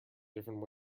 different